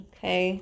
Okay